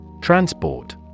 Transport